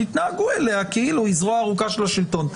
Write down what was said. תתנהגו אליה כאילו היא זרוע ארוכה של השלטון.